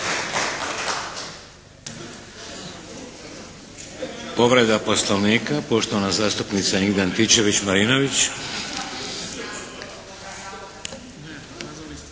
Povreda poslovnika poštovana zastupnica Ingrid Antičević-Marinović.